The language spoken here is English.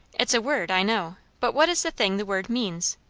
it's a word, i know but what is the thing the word means?